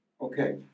Okay